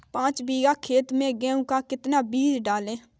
पाँच बीघा खेत में गेहूँ का कितना बीज डालें?